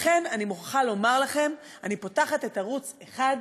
לכן אני מוכרחה לומר לכם, אני פותחת את ערוץ 1,